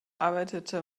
arbeitete